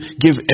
give